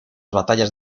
batallas